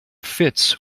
fits